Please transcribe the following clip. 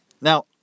Now